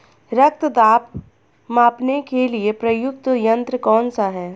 रक्त दाब मापने के लिए प्रयुक्त यंत्र कौन सा है?